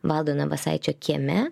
valdo navasaičio kieme